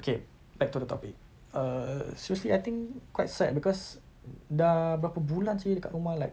okay back to the topic err seriously I think quite sad because dah berapa bulan seh dekat rumah like